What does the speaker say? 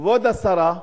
כבוד השרה,